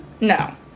No